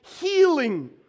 healing